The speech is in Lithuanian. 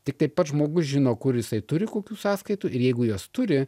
tiktai pats žmogus žino kur jisai turi kokių sąskaitų ir jeigu jas turi